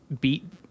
beat